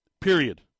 period